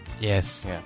Yes